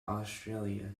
australia